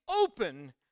open